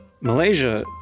Malaysia